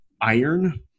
iron